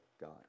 God